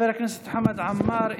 חבר הכנסת חמד עמאר,